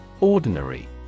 Ordinary